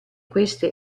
queste